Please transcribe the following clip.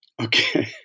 Okay